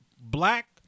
black